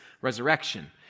resurrection